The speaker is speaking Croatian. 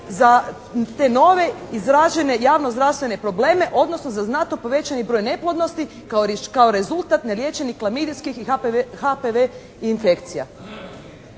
za te nove izražene javno-zdravstvene probleme, odnosno za znatno povećani broj neplodnosti kao rezultat neliječenih klamidijskih i HPV infekcija.